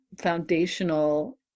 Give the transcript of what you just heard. foundational